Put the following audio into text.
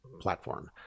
platform